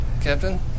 Captain